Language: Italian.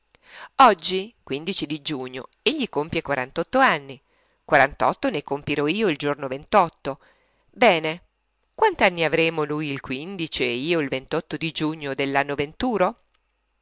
oggi quindici di giugno egli compie quarantotto anni quarantotto ne compirò io il giorno ventotto bene quant'anni avremo lui il quindici e io il ventotto di giugno dell'anno venturo